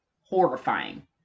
horrifying